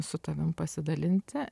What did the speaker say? su tavim pasidalinti